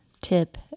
tip